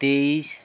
तेइस